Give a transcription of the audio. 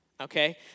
Okay